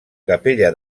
capella